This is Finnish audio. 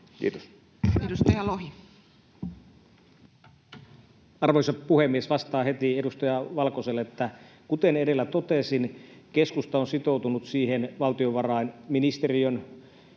Kiitos. Edustaja Lohi. Arvoisa puhemies! Vastaan heti edustaja Valkoselle, että kuten edellä totesin, keskusta on sitoutunut siihen valtionvarainministeriön